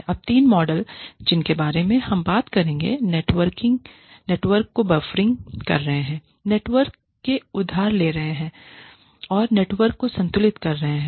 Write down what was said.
अब तीन मॉडल जिनके बारे में हम बात करेंगे नेटवर्क को बफरिंग कर रहे हैं नेटवर्क से उधार ले रहे हैं और नेटवर्क को संतुलित कर रहे हैं